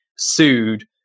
Sued